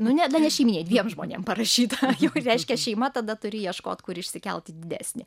nu ne da ne šeimyniniai dviem žmonėm parašyta jau reiškia šeima tada turi ieškot kur išsikelt į didesnį